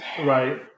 Right